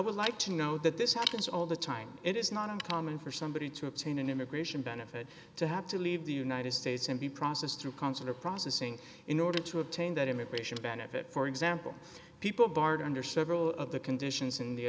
would like to know that this happens all the time it is not uncommon for somebody to obtain an immigration benefit to have to leave the united states and be processed through consular processing in order to obtain that immigration benefit for example people are barred under several of the conditions in the